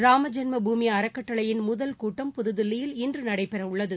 ராமஜென்மபூமி அறக்கட்டளையின் முதல் கூட்டம் புதுதில்லியில் இன்று நடைபெறவுள்ளது